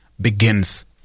begins